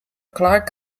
clark